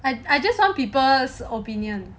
I I just want people's opinion